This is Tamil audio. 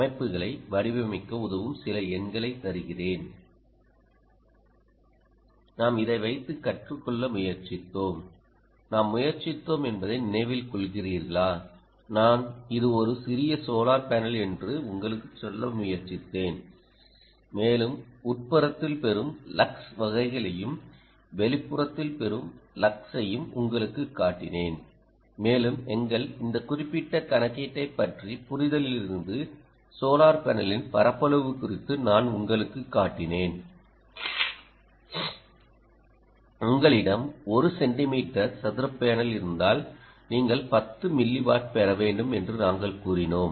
அமைப்புகளை வடிவமைக்க உதவும் சில எண்களை தருகிறேன் நாம் இதை வைத்து கற்றுக்கொள்ள முயற்சித்தோம் நாம் முயற்சித்தோம் என்பதை நினைவில் கொள்கிறீர்களாநான் இது ஒரு சிறிய சோலார் பேனல் என்று உங்களுக்கு சொல்ல முயற்சித்தேன் மேலும் உட்புறத்தில் பெறும் லக்ஸ் வகைகளையும் வெளிப்புறத்தில் பெறும் லக்ஸையும் உங்களுக்குக் காட்டினேன் மேலும் எங்கள் இந்த குறிப்பிட்ட கணக்கீட்டைப் பற்றிய புரிதலிலிருந்து சோலார் பேனலின் பரப்பளவு குறித்து நான் உங்களுக்குக் காட்டினேன் உங்களிடம் 1 சென்டிமீட்டர் சதுர பேனல் இருந்தால் நீங்கள் 10 மில்லிவாட் பெற வேண்டும் என்று நாங்கள் கூறினோம்